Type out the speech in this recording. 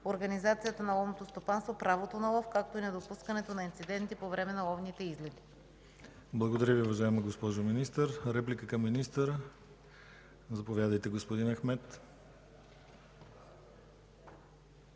организацията на ловното стопанство, правото на лов, както и недопускането на инциденти по време на ловните излети. ПРЕДСЕДАТЕЛ ДИМИТЪР ГЛАВЧЕВ: Благодаря Ви, уважаема госпожо Министър. Реплики към министъра? Заповядайте, господин Ахмед.